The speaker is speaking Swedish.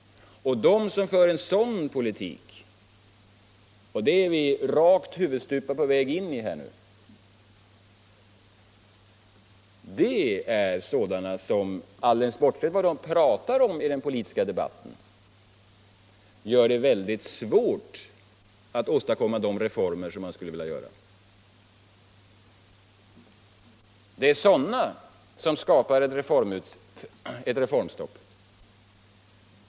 De som för en sådan politik — och den är vi huvudstupa på väg in i — är sådana som, alldeles bortsett från vad de talar om i den politiska debatten, gör det väldigt svårt att åstadkomma de reformer som man skulle vilja göra. Det är sådana som skapar ett reformstopp.